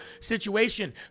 situation